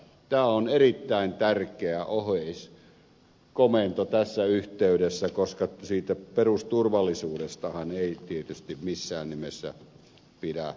tämä on erittäin tärkeä oheiskomento tässä yhteydessä koska siitä perusturvallisuudestahan ei tietysti missään nimessä pidä liisiä